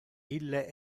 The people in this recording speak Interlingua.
ille